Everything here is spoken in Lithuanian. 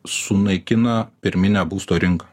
sunaikina pirminę būsto rinką